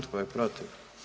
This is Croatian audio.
Tko je protiv?